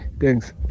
Thanks